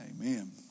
amen